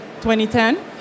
2010